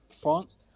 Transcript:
France